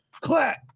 clap